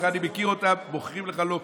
אני מכיר אותם, מוכרים לך לוקשים.